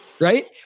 right